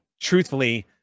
truthfully